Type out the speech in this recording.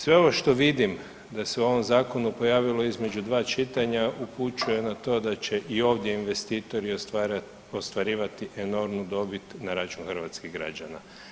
Sve ovo što vidim da se u ovom zakonu pojavilo između dva čitanja upućuje na to da će i ovdje investitori ostvarivati enormnu dobit na račun hrvatskih građana.